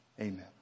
Amen